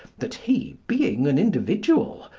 that he, being an individual,